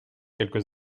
quelques